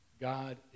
God